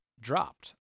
Dropped